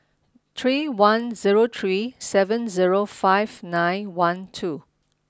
three one zero three seven zero five nine one two